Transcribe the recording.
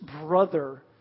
brother